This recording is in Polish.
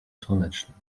słonecznym